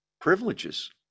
privileges